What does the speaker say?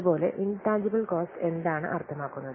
അതുപോലെ intangible cost എന്താണ് അർത്ഥമാക്കുന്നത്